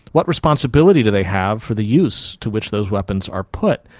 what responsibility do they have for the use to which those weapons are put?